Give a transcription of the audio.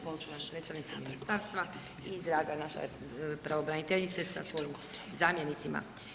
Poštovana predstavnice ministarstva i draga naša pravobraniteljice sa svojim zamjenicima.